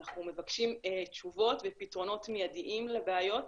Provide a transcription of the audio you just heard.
ואנחנו מבקשים תשובות ופתרונות מידיים לבעיות,